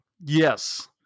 Yes